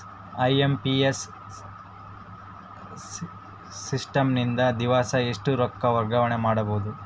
IMPS system ನಿಂದ ದಿವಸಾ ಎಷ್ಟ ರೊಕ್ಕ ವರ್ಗಾವಣೆ ಮಾಡಬಹುದು?